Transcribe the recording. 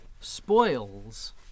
spoils